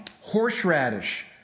horseradish